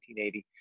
1980